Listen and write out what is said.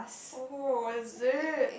oh is it